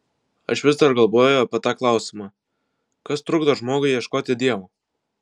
aš vis dar galvoju apie tą klausimą kas trukdo žmogui ieškoti dievo